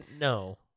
no